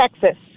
Texas